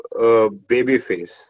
babyface